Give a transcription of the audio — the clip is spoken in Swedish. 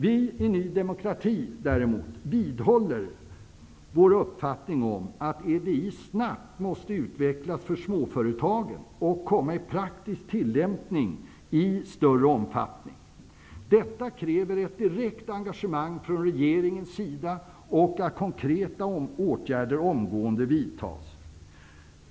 Vi i Ny demokrati vidhåller emellertid vår uppfattning om att EDI snabbt måste utvecklas för småföretagen och komma i praktisk tillämpning i större omfattning. Detta kräver ett direkt engagemang från regeringens sida och att konkreta åtgärder omgående vidtas.